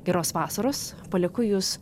geros vasaros palieku jus